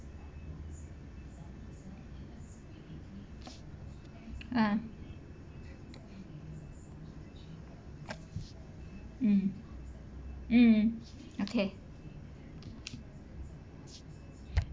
ah mm mm okay